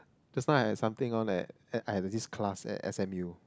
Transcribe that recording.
just now I had something on at at I had this class at S_M_U